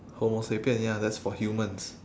homo sapien ya that's for humans